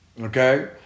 okay